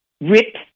rip